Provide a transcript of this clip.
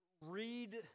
read